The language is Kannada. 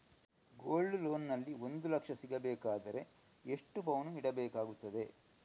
ಗೋಲ್ಡ್ ಲೋನ್ ನಲ್ಲಿ ಒಂದು ಲಕ್ಷ ಸಿಗಬೇಕಾದರೆ ಎಷ್ಟು ಪೌನು ಇಡಬೇಕಾಗುತ್ತದೆ?